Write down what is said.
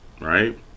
right